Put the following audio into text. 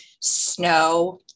snow